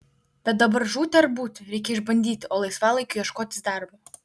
bet dabar žūti ar būti reikia išbandyti o laisvalaikiu ieškotis darbo